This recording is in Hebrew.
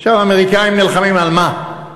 האמריקנים נלחמים על מה?